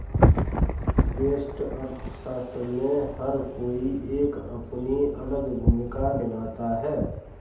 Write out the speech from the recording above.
व्यष्टि अर्थशास्त्र में हर कोई एक अपनी अलग भूमिका निभाता है